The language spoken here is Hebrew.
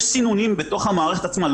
יש סינונים בתוך המערכת עצמה.